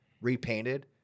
repainted